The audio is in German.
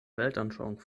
weltanschauung